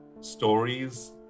stories